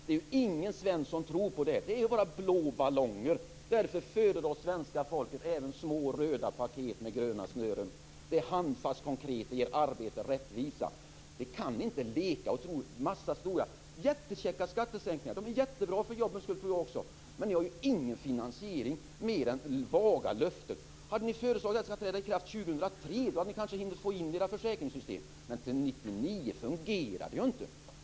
Det är ingen svensk som tror på det; det är bara blå ballonger! Därför föredrar svenska folket även små röda paket med gröna snören. Det är handfast och konkret, och det ger arbete och rättvisa. Ni moderater kan inte leka och tro att allt blir bra med en massa stora jättekäcka skattesänkningar. De är jättebra för jobbens skull, det tror jag också, men ni har ju ingen finansiering mer än vaga löften. Hade ni föreslagit att detta skulle träda i kraft 2003 hade ni kanske hunnit få in era försäkringssystem, men till 1999 fungerar det ju inte!